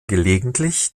gelegentlich